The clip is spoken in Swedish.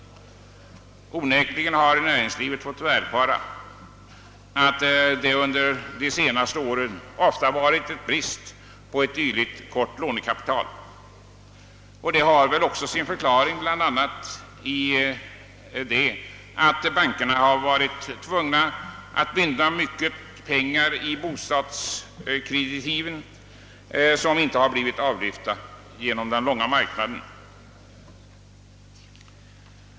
Onekligen har näringslivet fått erfara att det under de senaste åren ofta rått brist på sådant kort lånekapital. Detta har väl sin förklaring bl.a. i att bankerna varit tvungna att binda mycket pengar i bostadslånekreditiven, som inte blivit avlyfta på grund av den långa marknaden.